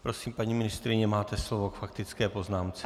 Prosím, paní ministryně, máte slovo k faktické poznámce.